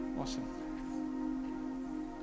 Awesome